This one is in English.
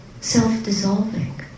self-dissolving